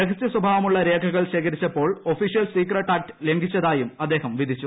രഹസ്യ സ്വഭാവമുള്ള രേഖകൾ ശേഖരിച്ചപ്പോൾ ഒഫിഷ്യൽ സീക്രട്ട് ആക്ട് ലംഘിച്ചതായും അദ്ദേഹം വിധിച്ചു